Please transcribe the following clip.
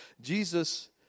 Jesus